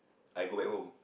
I go back home